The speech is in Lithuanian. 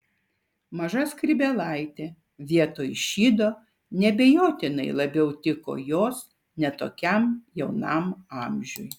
maža skrybėlaitė vietoj šydo neabejotinai labiau tiko jos ne tokiam jaunam amžiui